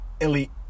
elite